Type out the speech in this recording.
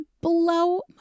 blow